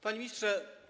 Panie Ministrze!